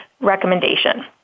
recommendation